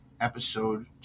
episode